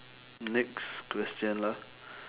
next question lah